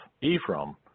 Ephraim